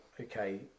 okay